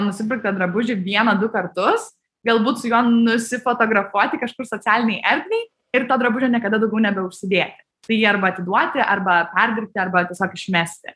nusipirktą drabužį vieną du kartus galbūt su juo nusifotografuoti kažkur socialinei erdvei ir to drabužio niekada daugiau nebeužsidėti tai jį arba atiduoti arba perdirbti arba tiesiog išmesti